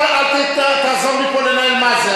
אתה אל תעזור לי פה לנהל "מה זה".